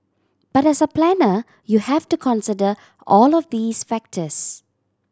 but as a planner you have to consider all of these factors